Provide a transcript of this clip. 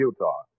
Utah